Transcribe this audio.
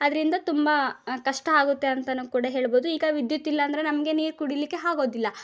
ಅದರಿಂದ ತುಂಬ ಕಷ್ಟ ಆಗುತ್ತೆ ಅಂತ ಕೂಡ ಹೇಳ್ಬೋದು ಈಗ ವಿದ್ಯುತ್ ಇಲ್ಲ ಅಂದರೆ ನಮಗೆ ನೀರು ಕುಡಿಲಿಕ್ಕೆ ಆಗೋದಿಲ್ಲ